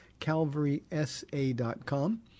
calvarysa.com